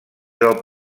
del